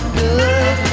good